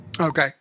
Okay